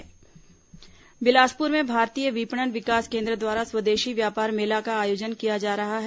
स्वदेशी मेला बिलासपुर में भारतीय विपणन विकास केन्द्र द्वारा स्वदेशी व्यापार मेला का आयोजन किया जा रहा है